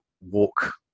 walk